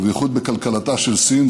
ובייחוד בכלכלתה של סין,